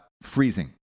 freezing